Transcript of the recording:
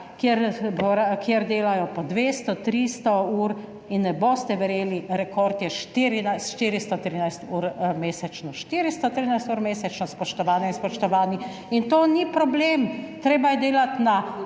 kjer delajo po 200, 300 ur in ne boste verjeli, rekord je 413 ur mesečno. 413 ur mesečno, spoštovane in spoštovani. In to ni problem. Treba je delati na